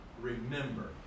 remember